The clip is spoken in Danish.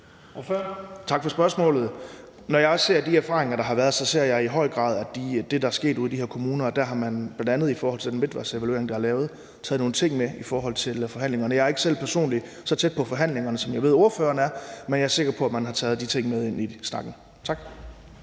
jeg ser de erfaringer, der har været, ser jeg i høj grad, at det, der er sket ude i de her kommuner, er, at man bl.a. i forhold til den midtvejsevaluering, der er lavet, har taget nogle ting med i forhold til forhandlingerne. Jeg er ikke selv personligt så tæt på forhandlingerne, som jeg ved ordføreren er, men jeg er sikker på, at man har taget de ting med ind i snakken. Tak.